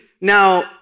now